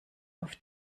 auf